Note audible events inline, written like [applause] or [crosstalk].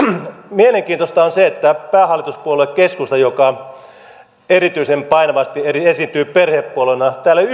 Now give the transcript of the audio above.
mielenkiintoista on se että päähallituspuolue keskustasta joka erityisen painavasti esiintyy perhepuolueena ei ole [unintelligible]